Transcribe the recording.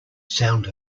sound